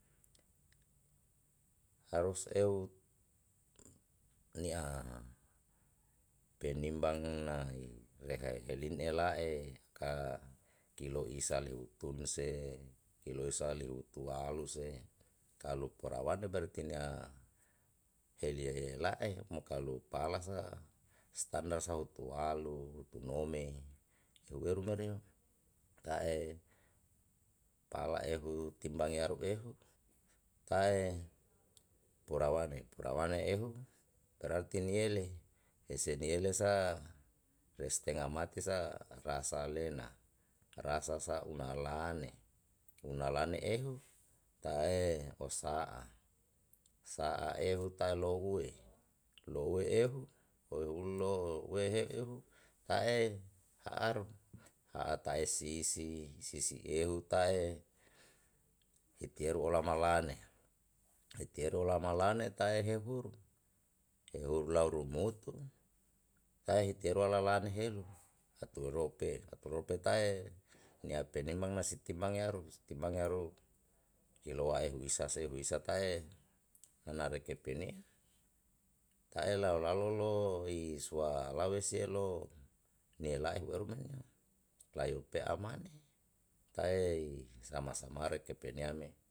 Harus eu ni'a penimbang nai lehe elin ela e ka kilo isa lihutun se kilo isa lihutualu se kalu perawane berati nia elie la'e mo kalu pala sa standar sa hutualu hutunome eu eru mereo ta'e pala ehu timbang yaru ehu tae porawane ehu berati niele hese niele sa re stenga mati sa rasa lena rasa sa unalane unalane ehu ta'e o sa'a sa'a ehu tae lo'ue, lo'ue ehu weulo wehe ehu tae ha'aru ha'a tae sisi, sisi ehu tae itieru olama lane itieru lama lane tae hehuru hehuru lau rumutu lae hiterua lalane helu haturua pe haturua pe tae nia penimbang na si timbang yaru si timbang yaru kiloa ehu isa se hu isa tae nanare kepenia ta'e lalo lalo lo i sua lauese lo nia la ehu are me lae u pae'a mane tae sama sama re kepenia me.